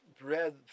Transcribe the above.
bread